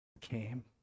came